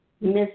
Miss